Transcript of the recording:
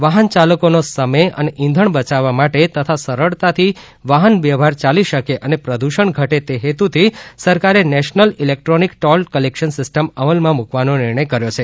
વાહન યાલકીનો સમય અને ઇંધણ બચાવવા માટે તથા સરળતાથી વાહન વ્યવહાર ચાલી શકે અને પ્રદૂષણ ઘટે તે હેતુથી સરકારે national electronic toll collection system અમલમાં મૂકવાનો નિર્ણય કર્યો છે